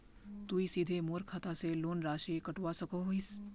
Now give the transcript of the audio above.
तुई सीधे मोर खाता से लोन राशि कटवा सकोहो हिस?